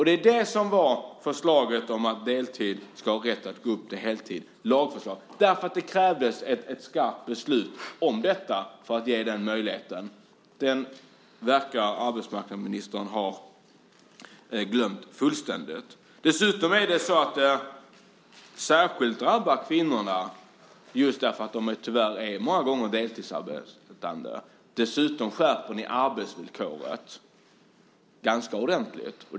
Det var det som lagförslaget om rätten att gå upp till heltid handlade om. Det krävdes ett skarpt beslut om detta för att man skulle få den möjligheten. Arbetsmarknadsministern verkar ha glömt det fullständigt. Detta drabbar särskilt kvinnor eftersom de många gånger är deltidsarbetande. Ni skärper dessutom arbetsvillkoret ganska ordentligt.